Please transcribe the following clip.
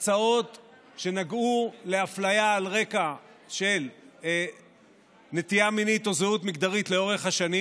הצעות שנגעו לאפליה על רקע נטייה מינית או זהות מגדרית לאורך השנים.